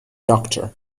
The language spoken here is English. doctor